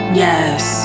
yes